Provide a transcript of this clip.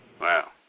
Wow